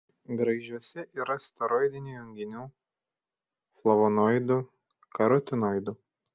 graižuose yra steroidinių junginių flavonoidų karotinoidų